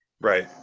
right